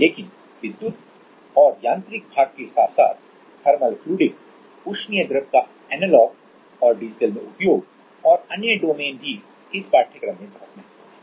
लेकिन विद्युत और यांत्रिक भाग के साथ साथ थर्मल फ्लूडिक उष्मीय द्रव का का एनालॉग और डिजिटल में उपयोग और अन्य डोमेन भी इस पाठ्यक्रम में बहुत महत्वपूर्ण हैं